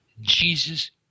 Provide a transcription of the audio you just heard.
jesus